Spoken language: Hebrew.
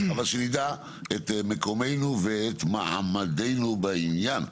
אבל שנדע את מקומנו ואת מעמדנו בעניין.